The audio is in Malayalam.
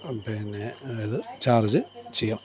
പിന്നെ ഇത് ചാർജ് ചെയ്യാം